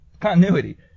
continuity